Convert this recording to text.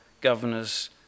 governor's